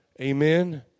Amen